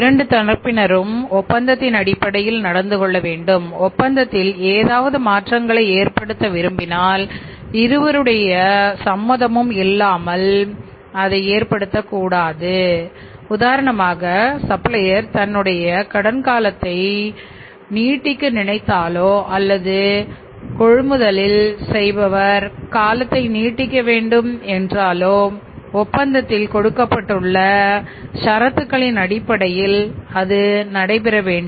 இரண்டு தரப்பினரும் ஒப்பந்தத்தின் அடிப்படையில் நடந்துகொள்ளவேண்டும் ஒப்பந்தத்தில் ஏதாவது மாற்றங்களை ஏற்படுத்த விரும்பினால் இருவருடைய சம்மதமும் இல்லாமல் அதை ஏற்படுத்தக்கூடாது உதாரணமாக சப்ளையர் தன்னுடைய கடன் காலத்தை நீடித்துக்கொள்ள நினைத்தாலோ அல்லது கொழுமுதல் செய்பவர் காலத்தை நீட்டிக்க வேண்டும் என்றாலோ ஒப்பந்தத்தில் கொடுக்கப்பட்டுள்ள சரத்துக்களின் அடிப்படையில் அது நடைபெற வேண்டும்